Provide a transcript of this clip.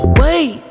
wait